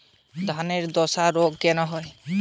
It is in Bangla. ধানে ধসা রোগ কেন হয়?